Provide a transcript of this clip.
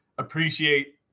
appreciate